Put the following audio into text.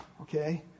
Okay